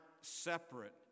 separate